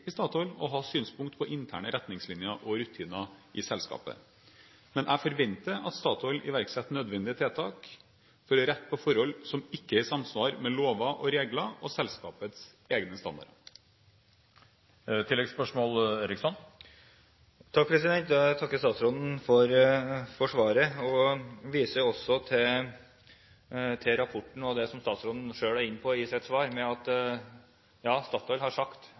i Statoil å ha synspunkter på interne retningslinjer og rutiner i selskapet. Men jeg forventer at Statoil iverksetter nødvendige tiltak for å rette på forhold som ikke er i samsvar med lover og regler og selskapets egne standarder. Jeg takker statsråden for svaret og viser også til rapporten og det som statsråden selv er inne på i sitt svar, om at Statoil har sagt